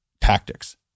tactics